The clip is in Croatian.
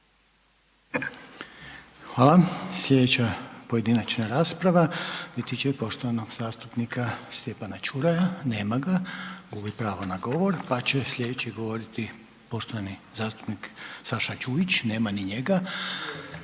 Hvala, slijedeća pojedinačna rasprava biti će poštovanog zastupnika Stjepana Čuraja, nema ga, gubi pravo na govor pa će slijedeći govoriti poštovani zastupnik Saša Đujić, nema ni njega,